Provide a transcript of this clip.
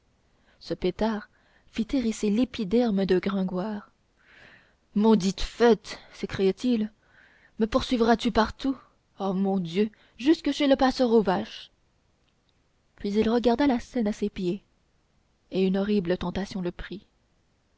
ce pétard fit hérisser l'épiderme de gringoire maudite fête s'écria-t-il me poursuivras tu partout oh mon dieu jusque chez le passeur aux vaches puis il regarda la seine à ses pieds et une horrible tentation le prit